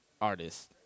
Artist